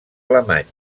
alemany